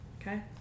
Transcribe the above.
Okay